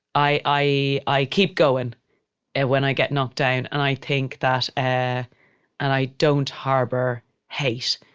i, i i keep going and when i get knocked down and i think that, ah and i don't harbor hate.